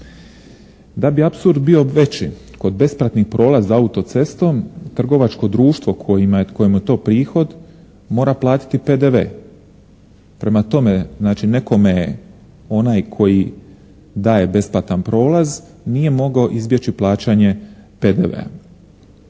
Da bi apsurd bio veći, kod besplatni prolaz autocestom trgovačko društvo kojemu je to prihod mora platiti PDV. Prema tome, znači nekome onaj koji daje besplatan prolaz nije mogao izbjeći plaćanje PDV-a.